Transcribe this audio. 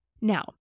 Now